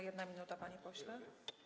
1 minuta, panie pośle.